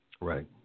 Right